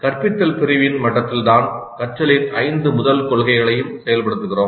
கற்பித்தல் பிரிவின் மட்டத்தில்தான் கற்றலின் ஐந்து முதல் கொள்கைகளையும் செயல்படுத்துகிறோம்